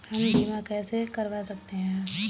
हम बीमा कैसे करवा सकते हैं?